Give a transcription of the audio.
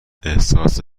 احساس